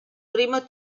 primo